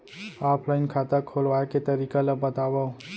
Offline खाता खोलवाय के तरीका ल बतावव?